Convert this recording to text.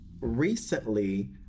recently